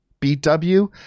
BW